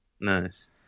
Nice